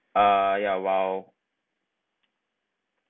uh yeah !wow!